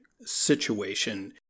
situation